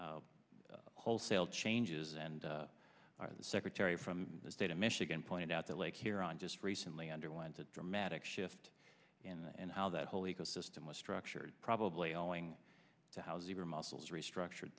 to wholesale changes and the secretary from the state of michigan pointed out that like here on just recently underwent a dramatic shift and how that whole ecosystem was structured probably all going to how zebra mussels restructured